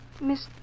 Miss